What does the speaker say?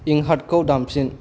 इंकहार्टखौ दामफिन